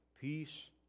peace